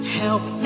help